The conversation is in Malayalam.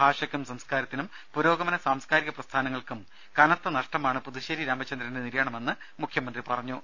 ഭാഷയ്ക്കും സംസ്കാരത്തിനും പുരോഗമന സാംസ്കാരിക പ്രസ്ഥാനങ്ങൾക്കും കനത്ത നഷ്ടമാണ് പുതുശ്ശേരി രാമചന്ദ്രന്റെ നിര്യാണമെന്ന് മുഖ്യമന്ത്രി പറഞ്ഞു